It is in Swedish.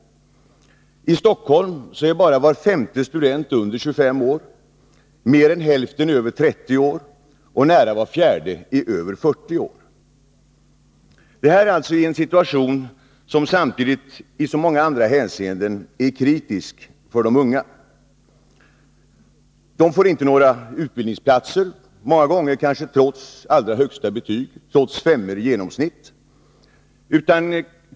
I Stockholm är bara var femte student under 25 år, mer än hälften är över 30 år och nära var fjärde är över 40 år — detta i en situation som i så många andra hänseenden är kritisk för de unga. De får inte några utbildningsplatser, många gånger trots allra högsta betyg, femmor i genomsnitt.